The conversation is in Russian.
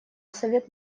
совет